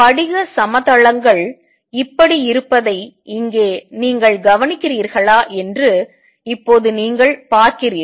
படிக சம தளங்கள் இப்படி இருப்பதை இங்கே நீங்கள் கவனிக்கிறீர்களா என்று இப்போது நீங்கள் பார்க்கிறீர்கள்